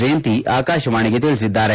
ಜಯಂತಿ ಆಕಾಶವಾಣಿಗೆ ತಿಳಿಸಿದ್ದಾರೆ